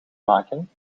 maken